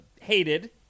hated